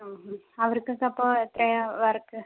ആ ഹ്മ് അവർക്കൊക്കെ അപ്പോൾ എത്രയാണ് വർക്ക്